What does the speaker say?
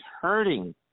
hurting